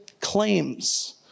claims